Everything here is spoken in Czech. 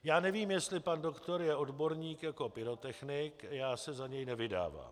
Já nevím, jestli pan doktor je odborník jako pyrotechnik, já se za něj nevydávám.